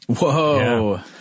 Whoa